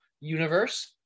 universe